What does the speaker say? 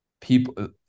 people